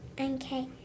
Okay